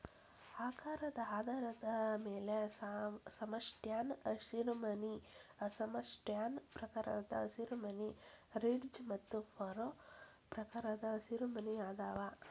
ಆಕಾರದ ಆಧಾರದ ಮ್ಯಾಲೆ ಸಮಸ್ಪ್ಯಾನ್ ಹಸಿರುಮನಿ ಅಸಮ ಸ್ಪ್ಯಾನ್ ಪ್ರಕಾರದ ಹಸಿರುಮನಿ, ರಿಡ್ಜ್ ಮತ್ತು ಫರೋ ಪ್ರಕಾರದ ಹಸಿರುಮನಿ ಅದಾವ